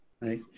Right